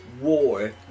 war